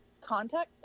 context